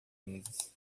meses